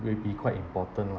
will be quite important lah